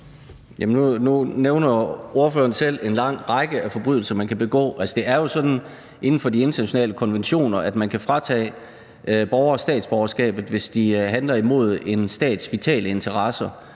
Nu nævner ordføreren selv en lang række af forbrydelser, man kan begå. Det er jo sådan inden for de internationale konventioner, at man kan fratage borgere statsborgerskabet, hvis de handler imod en stats vitale interesser.